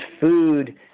food